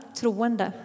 troende